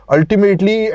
Ultimately